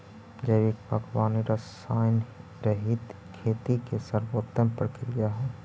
जैविक बागवानी रसायनरहित खेती के सर्वोत्तम प्रक्रिया हइ